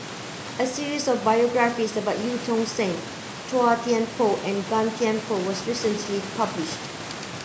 a series of biographies about Eu Tong Sen Chua Thian Poh and Gan Thiam Poh was recently published